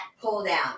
pull-down